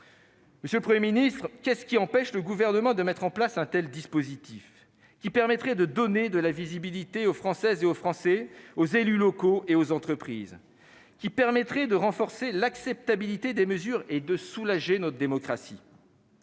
Monsieur le Premier ministre, qu'est-ce qui empêche le Gouvernement de mettre en place un tel dispositif, qui permettrait de donner de la visibilité aux Françaises et aux Français, aux élus locaux et aux entreprises, de renforcer l'acceptabilité des mesures et de soulager notre démocratie ?